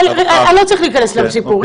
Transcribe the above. אתה לא צריך להיכנס לסיפור,